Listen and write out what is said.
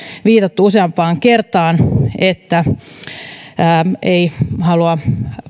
viitattu useampaan kertaan ei halua